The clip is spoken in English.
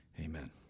Amen